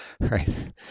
right